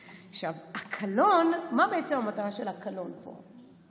מה המטרה של הקלון פה?